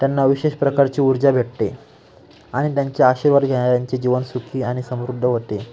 त्यांना विशेष प्रकारची ऊर्जा भेटते आणि त्यांचे आशीर्वाद घेणाऱ्यांचे जीवन सुखी आणि समृद्ध होते